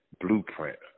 blueprint